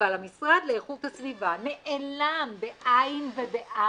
אבל המשרד לאיכות הסביבה נעלם ונאלם.